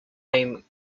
name